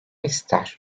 ister